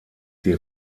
die